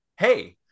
Hey